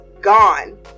gone